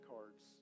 cards